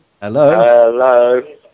Hello